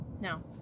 No